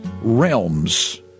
realms